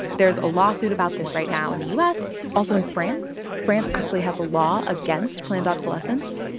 there's a lawsuit about this right now in the u s, also in france. france actually has a law against planned obsolescence.